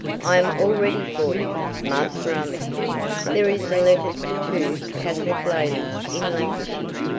i am all ready for you, master armitage there is a letter to two catholic ladies in lancashire,